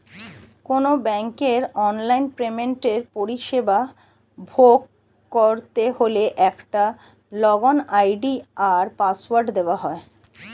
কোনো ব্যাংকের অনলাইন পেমেন্টের পরিষেবা ভোগ করতে হলে একটা লগইন আই.ডি আর পাসওয়ার্ড দেওয়া হয়